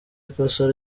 ikosa